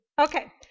Okay